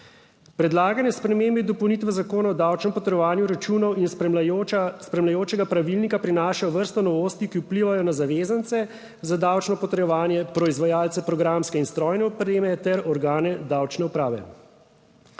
Predlagane spremembe in dopolnitve Zakona o davčnem potrjevanju računov in spremljajočega pravilnika prinaša vrsto novosti, ki vplivajo na zavezance za davčno potrjevanje, proizvajalce programske in strojne opreme ter organe davčne uprave.